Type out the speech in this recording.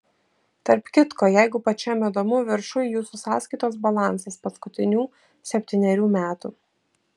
tarp kitko jeigu pačiam įdomu viršuj jūsų sąskaitos balansas paskutinių septynerių metų